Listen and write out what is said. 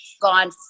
gone